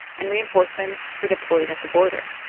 and reinforcements were deployed at the border.